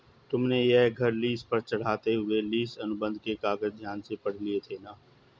तुमने यह घर लीस पर चढ़ाते हुए लीस अनुबंध के कागज ध्यान से पढ़ लिए थे ना?